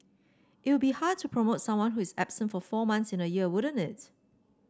it would be hard to promote someone who is absent for four months in a year wouldn't it